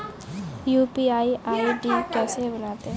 UPI ID कैसे बनाते हैं?